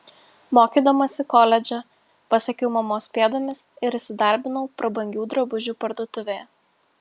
mokydamasi koledže pasekiau mamos pėdomis ir įsidarbinau prabangių drabužių parduotuvėje